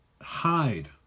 Hide